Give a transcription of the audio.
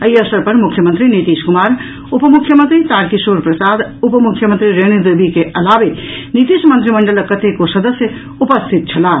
एहि अवसर पर मुख्यमंत्री नीतीश कुमार उप मुख्यमंत्री तारकिशोर प्रसाद उप मुख्यमंत्री रेणु देवी के अलावे नीतीश मंत्रिमंडलक कतेको सदस्य उपस्थित छलाह